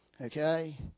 Okay